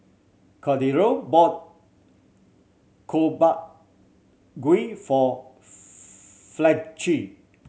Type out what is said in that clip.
Cordero bought gui for Fletcher